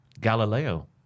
Galileo